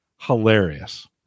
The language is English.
Hilarious